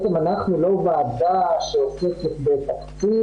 אנחנו לא ועדה שעוסקת בתקציב,